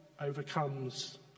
overcomes